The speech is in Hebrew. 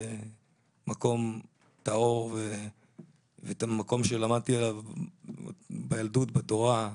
מקום טהור שלמדתי עליו בילדות, בתורה,